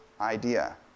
idea